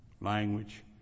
language